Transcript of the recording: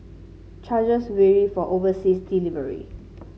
charges vary for overseas delivery